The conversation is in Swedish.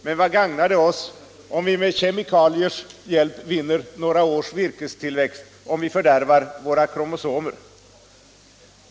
Men vad gagnar det oss, om vi med kemikaliers hjälp vinner några års virkestillväxt men fördärvar våra kromosomer.